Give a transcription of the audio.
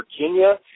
Virginia